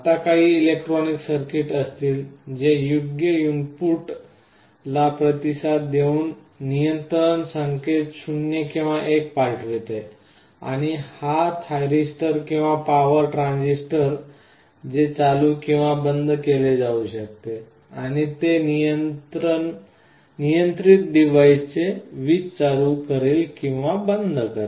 आत काही electronic circuitry असतील जे योग्य इनपुटला प्रतिसाद देऊन नियंत्रण संकेत 0 किंवा 1 पाठविते आणि हा थायरिस्टर किंवा पॉवर ट्रान्झिस्टर जे चालू किंवा बंद केले जाऊ शकते आणि ते नियंत्रित डिव्हाइसचे वीज चालू करेल किंवा बंद करेल